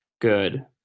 good